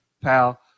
pal